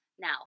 Now